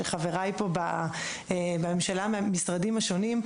שחברי פה בממשלה מהמשרדים השונים,